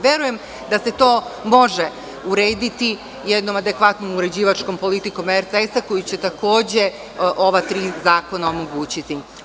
Verujem da se to može urediti jednom adekvatnom uređivačkom politikom RTS, koji će takođe ova tri zakona omogućiti.